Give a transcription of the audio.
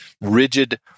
rigid